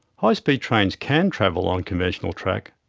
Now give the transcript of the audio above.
high speed trains can travel on conventional track,